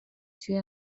توی